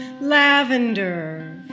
Lavender